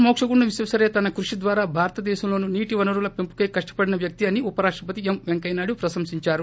మోక్షగుండం విశ్వేశ్వరయ్య తన కృషి ద్వారా భారత దేశంలోని నీటి వనరుల పెంపుకై కష్ణపడిన వ్యక్తి అని ఉపరాష్ణపతి ఎం వెంకయ్యనాయుడు ప్రశంశించారు